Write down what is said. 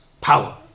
power